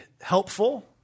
helpful